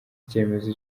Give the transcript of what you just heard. icyemezo